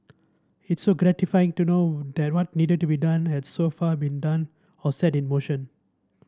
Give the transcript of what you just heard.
it's gratifying to know that what needed to be done has so far been done or set in motion